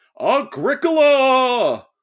Agricola